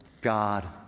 God